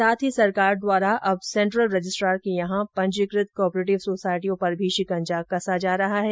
साथ ही सरकार द्वारा अब सेंट्रल रजिस्ट्रार के यहां पंजीकृत कॉपरेटिव सोसाइटियों पर भी शिकंजा कसा जा रहा है